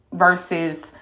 Versus